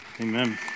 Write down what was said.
Amen